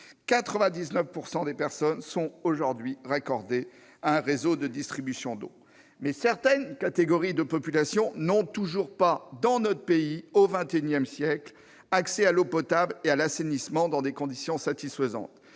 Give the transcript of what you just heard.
99 % des personnes sont aujourd'hui raccordées à un réseau de distribution d'eau. Pourtant, certaines catégories de population n'ont toujours pas, dans notre pays, au XXI siècle, d'accès à l'eau potable et à l'assainissement dans des conditions satisfaisantes.